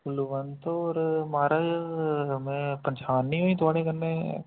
कुलवंत होर महाराज में पन्शान नी होई थोआड़े कन्नै